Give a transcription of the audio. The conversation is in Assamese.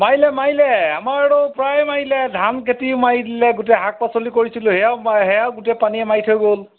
মাৰিলে মাৰিলে আমাৰো প্ৰায় মাৰিলে ধান খেতিও মাৰি দিলে গোটেই শাক পাচলি কৰিছিলোঁ সেয়াও মা সেয়াও গোটেই পানীয়ে মাৰি থৈ গ'ল